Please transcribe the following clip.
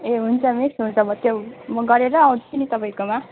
ए हुन्छ मिस हुन्छ म त्यो गरेर आउँछु नि तपाईँकोमा